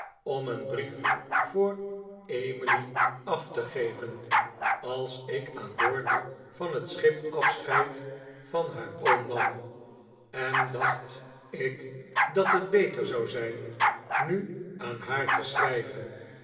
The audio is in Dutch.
om een brief voor emily af te geven als ik aan boord van het schip afscheid van haar oom nam en dacht ik dat het beter zou zijn nu aan haar te schrijven